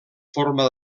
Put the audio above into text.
forma